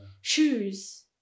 shoes